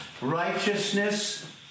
righteousness